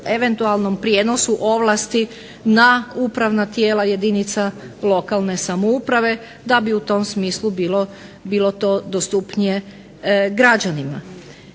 eventualnom prijenosu ovlasti na upravna tijela jedinica lokalne samouprave, da bi u tom smislu bilo to dostupnije građanima.